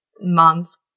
mom's